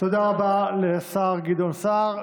תודה רבה לשר גדעון סער.